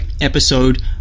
episode